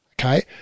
okay